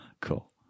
cool